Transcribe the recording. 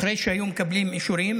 אחרי שהיו מקבלים אישורים,